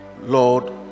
lord